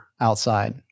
outside